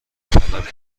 طلب